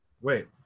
Wait